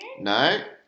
No